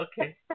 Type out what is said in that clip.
okay